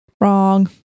Wrong